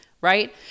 right